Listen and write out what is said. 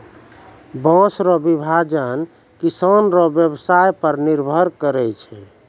बाँस रो विभाजन किसान रो व्यवसाय पर निर्भर करै छै